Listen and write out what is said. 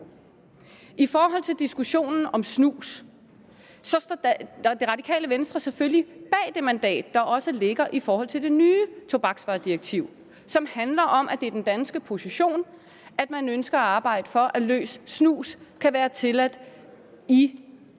I forhold til diskussionen om snus står Det Radikale Venstre selvfølgelig bag det mandat, der også er givet i forhold til det nye tobaksvaredirektiv, og som handler om, at det er den danske position, at man ønsker at arbejde for, at løs snus kan være tilladt i de